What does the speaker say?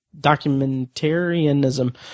documentarianism